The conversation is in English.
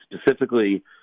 specifically